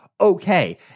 Okay